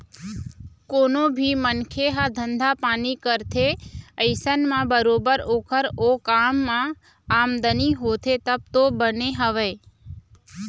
कोनो भी मनखे ह धंधा पानी करथे अइसन म बरोबर ओखर ओ काम म आमदनी होथे तब तो बने हवय